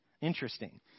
Interesting